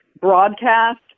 broadcast